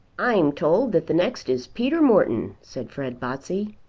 i'm told that the next is peter morton, said fred botsey.